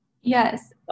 Yes